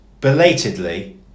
belatedly